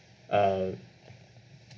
um